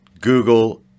Google